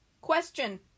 Question